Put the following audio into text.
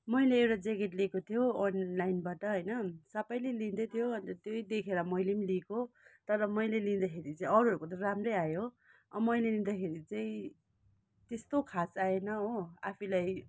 मैले एउटा ज्याकेट लिएको थियो अनलाइनबाट होइन सबैले लिँदै थियो अन्त त्यही देखेर मैले लिएको तर मैले लिँदाखेरि चाहिँ अरूहरूको त राम्रै आयो मैले लिँदाखेरि चाहिँ त्यस्तो खास आएन हो आफैँलाई